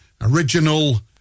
original